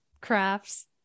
crafts